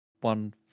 one